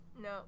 No